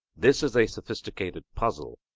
this is a sophistical puzzle,